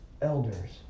elders